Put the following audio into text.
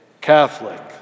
Catholic